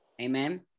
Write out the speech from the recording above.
Amen